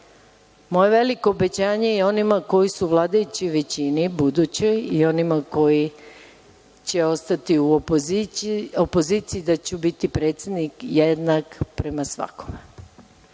veliko obećanje onima koji su u vladajućoj većini budućoj i onima koji će ostati u opoziciji da ću biti predsednik jednak prema svakome,